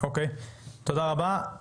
תודה רבה.